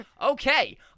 Okay